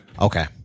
okay